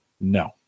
No